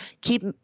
keep